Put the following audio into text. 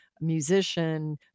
musician